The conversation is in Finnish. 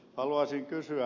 haluaisin kysyä